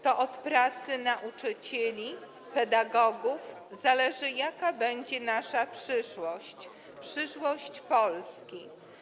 To od pracy nauczycieli, pedagogów zależy, jaka będzie nasza przyszłość, przyszłość Polski.